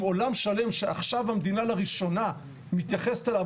עם עולם שלם שעכשיו המדינה לראשונה מתייחסת אליו,